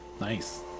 Nice